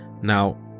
Now